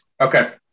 Okay